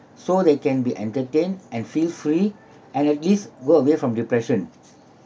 so they can be entertained and feel free and at least go away from depression